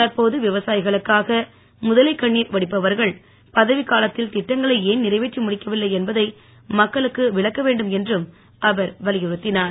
தற்போது விவசாயிகளுக்காக முதலை கண்ணீர் வடிப்பவர்கள் பதவிக்காலத்தில் திட்டங்களை ஏன் நிறைவேற்றி முடிக்கவில்லை என்பதை மக்களுக்கு விளக்க வேண்டும் என்றும் அவர் வலியுறுத்தினார்